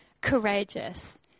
courageous